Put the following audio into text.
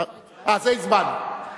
אה, זה הצבענו.